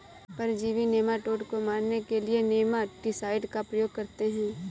परजीवी नेमाटोड को मारने के लिए नेमाटीसाइड का प्रयोग करते हैं